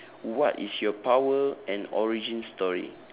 what is your power and origin story